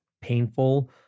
painful